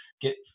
get